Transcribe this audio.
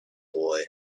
boy